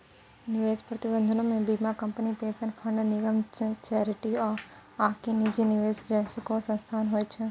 निवेश प्रबंधनो मे बीमा कंपनी, पेंशन फंड, निगम, चैरिटी आकि निजी निवेशक जैसनो संस्थान होय छै